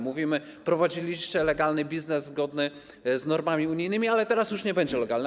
Mówimy: prowadziliście legalny biznes zgodny z normami unijnymi, ale teraz już nie będzie legalny.